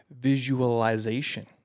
Visualization